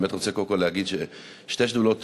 אני באמת רוצה קודם כול להגיד ששתי שדולות